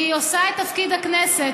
היא עושה את תפקיד הכנסת,